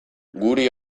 guri